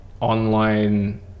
online